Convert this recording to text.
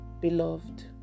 Beloved